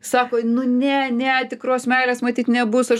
sako nu ne ne tikros meilės matyt nebus aš